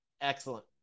Excellent